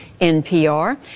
NPR